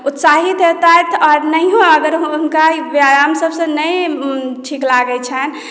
उत्साहित हैतथि आओर नहियो हुनका ई व्यायाम सभसे नहि ठीक लागै छनि